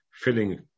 filling